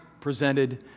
presented